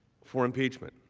for impeachment?